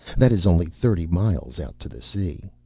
that is only thirty miles out to the sea.